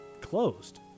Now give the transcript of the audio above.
closed